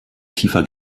tiefer